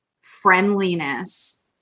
friendliness